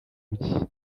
bye